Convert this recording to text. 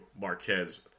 Marquez